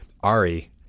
Ari